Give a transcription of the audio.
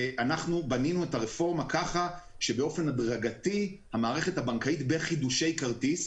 אנחנו בנינו את הרפורמה כך שבאופן הדרגתי המערכת הבנקאית בחידושי כרטיס,